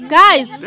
guys